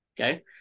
okay